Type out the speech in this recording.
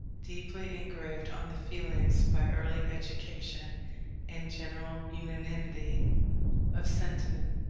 deeply engraven on the feelings by early education and general unanimity of sentiment,